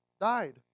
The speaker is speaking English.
died